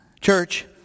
Church